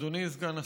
אדוני סגן השר,